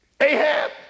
Ahab